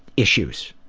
issues.